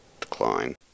decline